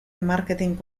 marketin